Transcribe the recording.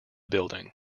building